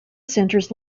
centers